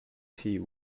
tea